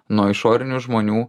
nuo išorinių žmonių